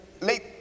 late